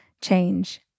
change